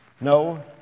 No